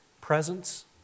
presence